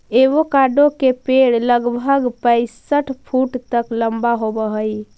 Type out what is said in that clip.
avocado के पेड़ लगभग पैंसठ फुट तक लंबा होब हई